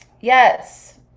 Yes